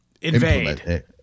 invade